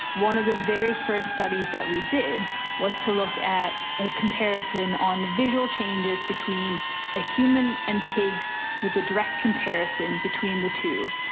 one of the very first studies that we did was to look at a comparison on visual changes between a human and pigs with the direct comparison between the two.